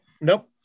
nope